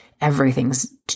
everything's